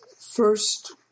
first